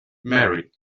marry